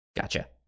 Gotcha